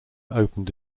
opened